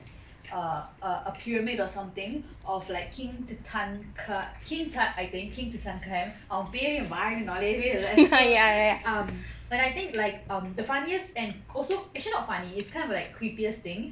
a a pyramid or something of like king tutankhamun king tut I think king tutankhamun அவன் பேரே வாய்ல நொலையவே இல்ல:avan pere vayla nolayave illa so um when I think like um the funniest and also actually not funny it's kind of like creepiest thing